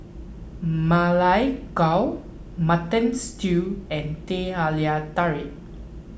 Ma Lai Gao Mutton Stew and Teh Halia Tarik